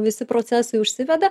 visi procesai užsiveda